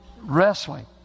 wrestling